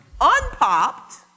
unpopped